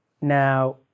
now